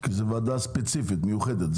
כי זו ועדה ספציפית, מיוחדת.